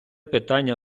питання